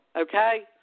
okay